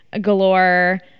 galore